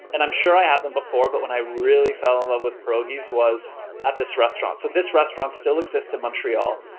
and i'm sure i had them before, but when i really fell in love with pierogies was at this restaurant. so this restaurant still exists in montreal.